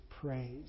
praise